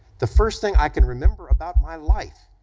the first thing i can remember about my life